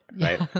Right